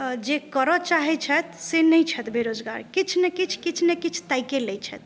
जे करऽ चाहै छथि से नहि छथि बेरोजगार किछु ने किछु किछु ने किछु ताकि लै छथि